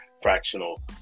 fractional